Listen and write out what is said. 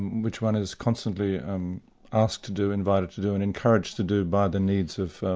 which one is constantly um asked to do, invited to do, and encouraged to do by the needs of